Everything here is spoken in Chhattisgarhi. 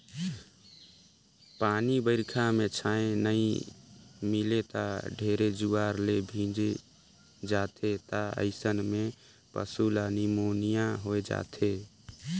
पानी बइरखा में छाँय नइ मिले त ढेरे जुआर ले भीजे जाथें त अइसन में पसु ल निमोनिया होय जाथे